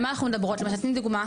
על מה אנחנו מדברות למשל תני דוגמה.